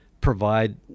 provide